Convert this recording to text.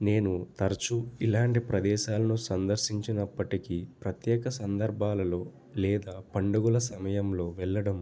నేను తరచు ఇలాంటి ప్రదేశాలను సందర్శించినప్పటికీ ప్రత్యేక సందర్భాలలో లేదా పండుగల సమయంలో వెళ్ళడం